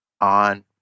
On